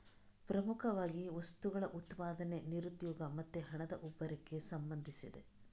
ಪ್ರಮುಖವಾಗಿ ವಸ್ತುಗಳ ಉತ್ಪಾದನೆ, ನಿರುದ್ಯೋಗ ಮತ್ತೆ ಹಣದ ಉಬ್ಬರಕ್ಕೆ ಸಂಬಂಧಿಸಿದೆ